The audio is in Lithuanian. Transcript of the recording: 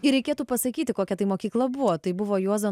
ir reikėtų pasakyti kokia tai mokykla buvo tai buvo juozo